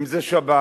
אם שבת,